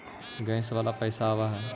Gas वाला पैसा आव है?